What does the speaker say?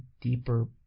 deeper